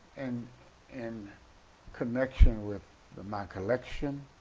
and in connection with my collection